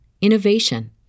innovation